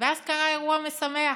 ואז קרה אירוע משמח: